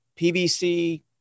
PVC